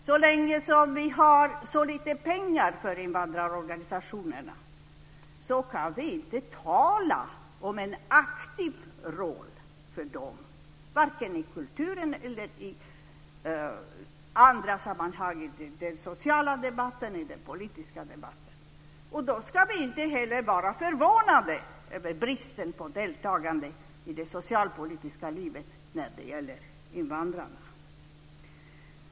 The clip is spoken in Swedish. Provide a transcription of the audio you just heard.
Så länge som vi har så lite pengar för invandrarorganisationerna kan vi inte tala om en aktiv roll för dem, varken i kulturen eller i andra sammanhang, i den sociala debatten, i den politiska debatten. Då ska vi inte heller vara förvånade över bristen på deltagande i det socialpolitiska livet när det gäller invandrarna.